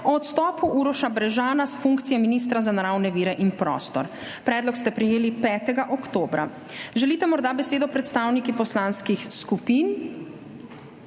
o odstopu Uroša Brežana s funkcije ministra za naravne vire in prostor. Predlog ste prejeli 5. oktobra. Želite morda besedo predstavniki poslanskih skupin?